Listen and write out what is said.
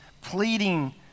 pleading